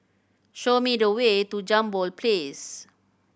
show me the way to Jambol Place